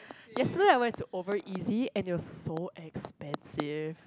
yesterday I went to Over Easy and it was so expensive